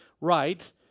right